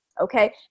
okay